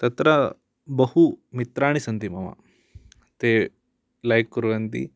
तत्र बहुमित्राणि सन्ति मम ते लैक् कुर्वन्ति